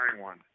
one